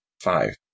Five